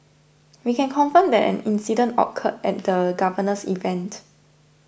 we can confirm that an incident occurred at the governor's event